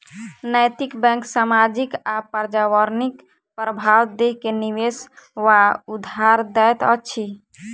नैतिक बैंक सामाजिक आ पर्यावरणिक प्रभाव देख के निवेश वा उधार दैत अछि